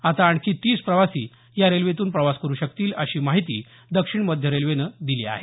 आता आणखी तीस प्रवासी या रेल्वेतून प्रवास करु शकतील अशी माहिती दक्षिण मध्य रेल्वेनं दिली आहे